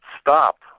stop